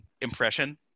impression